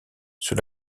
sur